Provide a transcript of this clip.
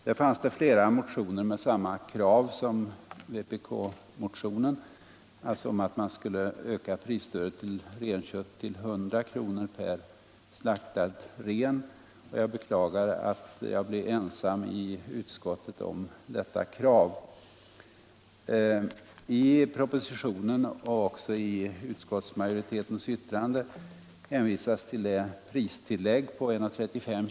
Det finns flera motioner med samma krav som vpk-motionen om en ökning av prisstödet när det gäller renkött till 100 kr. per slaktad ren. Jag beklagar att jag blev ensam i utskottet om detta kray. I propositionen och även i utskottsmajoritetens yttrande hänvisas till det pristillägg på 1:35 kr.